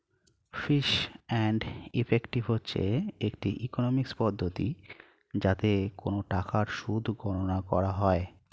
fees and effective হচ্ছে একটি economics পদ্ধতি যাতে কোন টাকার সুদ গণনা করা হয়